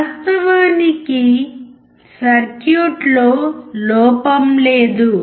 వాస్తవానికి సర్క్యూట్లో లోపం లేదు